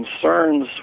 concerns